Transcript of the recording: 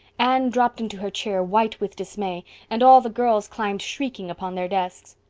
anne dropped into her chair white with dismay and all the girls climbed shrieking upon their desks.